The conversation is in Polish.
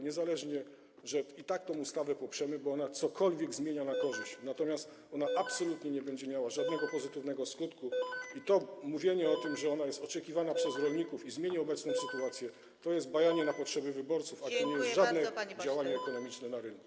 Niezależnie od tego i tak tę ustawę poprzemy, bo ona cokolwiek zmienia na korzyść, natomiast ona absolutnie nie będzie miała żadnego pozytywnego skutku i mówienie o tym, że ona jest oczekiwana przez rolników i zmieni obecną sytuację, to jest bajanie na potrzeby wyborców, a nie żadne działanie ekonomiczne na rynku.